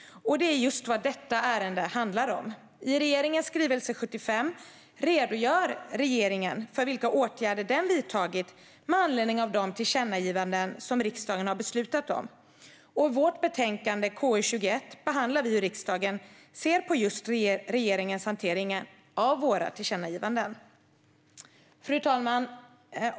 Och det är just vad detta ärende handlar om. I regeringens skrivelse 75 redogör regeringen för vilka åtgärder den har vidtagit med anledning av de tillkännagivanden riksdagen har beslutat om. Och i vårt betänkande, KU21, behandlar vi hur riksdagen ser på just regeringens hantering av våra tillkännagivanden. Fru talman!